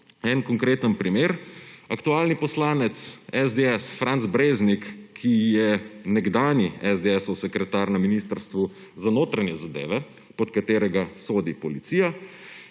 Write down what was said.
en konkreten primer. Aktualni poslanec SDS Franc Breznik, ki je nekdanji esdeesov sekretar na Ministrstvu za notranje zadeve, pod katerega sodi policija,